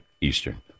Eastern